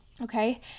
Okay